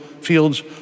fields